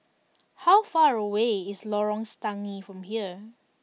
how far away is Lorong Stangee from here